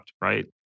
right